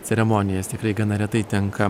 ceremonijas tikrai gana retai tenka